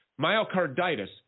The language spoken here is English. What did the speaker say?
myocarditis